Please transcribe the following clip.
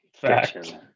Fact